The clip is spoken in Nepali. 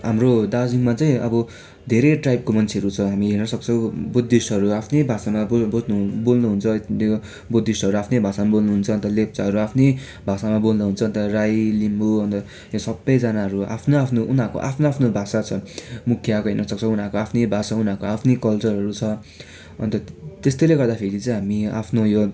हाम्रो दार्जिलिङमा चाहिँ अब धेरै ट्राइबको मान्छेहरू छ हामी हेर्न सक्छौँ बुद्धिस्टहरू आफ्नै भाषामा बोतनु बोल्नु हुन्छ बुद्धिस्टहरू आफ्नै भाषामा बोल्नु हुन्छ अन्त लेप्चाहरू आफ्नै भाषामा बोल्नु हुन्छ अनि त्यहाँबाट राई लिम्बु अन्त यो सबैजनाहरू आफ्नो आफ्नो उनीहरूको आफ्नो आफ्नो भाषा छ मुखियाको हेर्न सक्छौँ उनीहरूको आफ्नै भाषा छ उनीहरूको आफ्नै कल्चरहरू छ अन्त त्यस्ताले गर्दाफेरि चाहिँ हामी आफ्नो